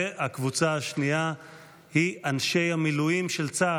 והקבוצה השנייה היא מאנשי המילואים של צה"ל.